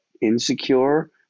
insecure